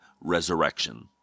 resurrection